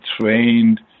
trained